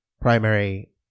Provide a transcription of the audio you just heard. primary